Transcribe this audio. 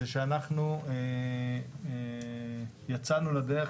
זה שיצאנו לדרך,